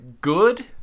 good